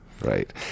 Right